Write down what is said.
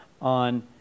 on